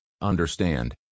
understand